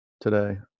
today